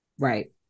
Right